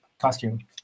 costume